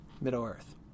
Middle-earth